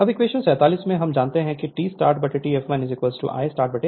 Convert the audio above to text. Refer Slide Time 1521 अब equation 47 से हम जानते हैं कि T startT fl I startI fl2 Sf1है